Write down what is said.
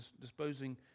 disposing